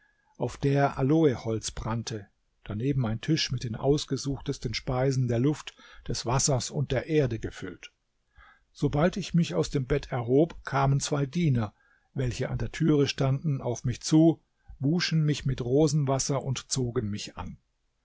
auf der aloeholz brannte daneben ein tisch mit den ausgesuchtesten speisen der luft des wassers und der erde gefüllt sobald ich mich aus dem bett erhob kamen zwei diener welche an der türe standen auf mich zu wuschen mich mit rosenwasser und zogen mich an